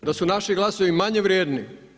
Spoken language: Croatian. Da su naši glasovi manje vrijedni?